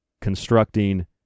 constructing